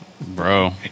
bro